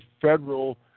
federal